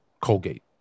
Colgate